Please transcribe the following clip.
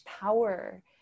power